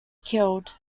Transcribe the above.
killed